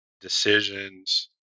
decisions